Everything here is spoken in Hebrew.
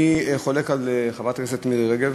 אני חולק על חברת הכנסת מירי רגב,